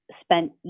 spent